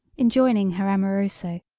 in joining her amoroso,